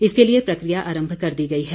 इसके लिए प्रक्रिया आरम्भ कर दी गई है